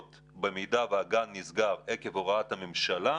במידה והגן נסגר עקב הוראת הממשלה,